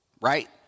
right